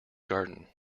garden